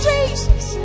Jesus